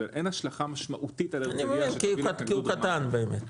אין השלכה משמעותית על -- כי הוא קטן באמת,